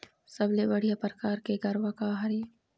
सबले बढ़िया परकार के गरवा का हर ये?